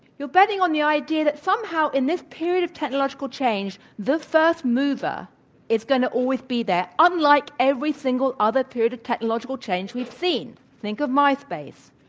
you're betting on the idea that somehow, in this period of technological change, the first mover is going to always be there, unlike every single other period of technological change we've seen. think of myspace